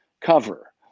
cover